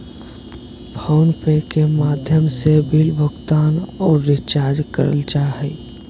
phone पे के माध्यम से बिल भुगतान आर रिचार्ज करल जा हय